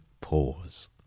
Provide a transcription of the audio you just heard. pause